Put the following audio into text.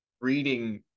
reading